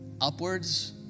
Upwards